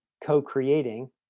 co-creating